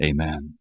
Amen